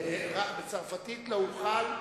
בצרפתית לא אוכל,